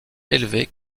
élevée